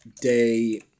Day